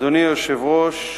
אדוני היושב-ראש,